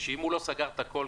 אם הוא לא סגר את הכול,